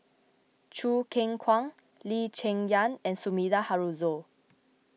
Choo Keng Kwang Lee Cheng Yan and Sumida Haruzo